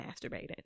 masturbated